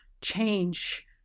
change